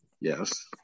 yes